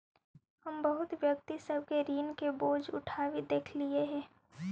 हम बहुत व्यक्ति सब के ऋण के बोझ उठाबित देखलियई हे